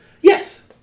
Yes